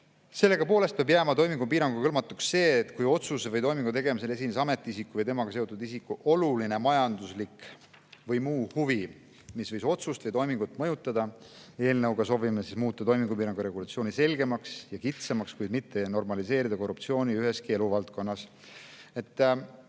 Samas peab jääma toimingupiiranguga hõlmatuks see, kui otsuse või toimingu tegemisel esines ametiisiku või temaga seotud isiku oluline majanduslik või muu huvi, mis võis otsust või toimingut mõjutada. Eelnõuga me soovime muuta toimingupiirangu regulatsiooni selgemaks ja kitsamaks, kuid seejuures ei tohi normaliseerida korruptsiooni üheski eluvaldkonnas.